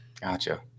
Gotcha